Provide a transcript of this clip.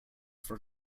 for